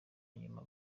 nyuma